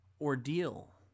ordeal